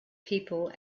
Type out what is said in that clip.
people